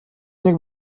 нэг